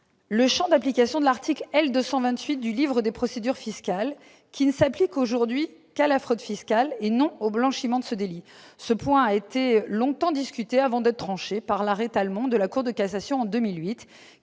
le champ d'application de l'article L. 228 du livre des procédures fiscales, lequel ne s'applique aujourd'hui qu'à la fraude fiscale et non au blanchiment de ce délit. Ce point a été longtemps discuté avant d'être tranché par l'arrêt de la Cour de cassation en 2008